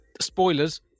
Spoilers